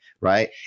right